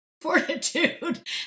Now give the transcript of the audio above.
fortitude